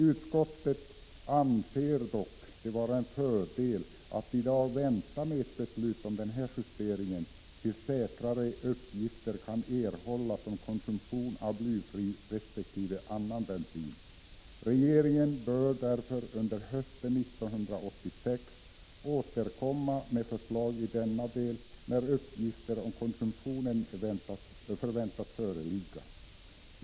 Utskottet anser det dock vara en fördel att i dag vänta med ett beslut om denna justering tills säkrare uppgifter kan erhållas om konsumtionen av blyfri resp. annan bensin. Regeringen bör därför under hösten 1986 återkomma med förslag i denna del när uppgifter om konsumtionen förväntas föreligga.